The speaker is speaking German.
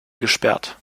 gesperrt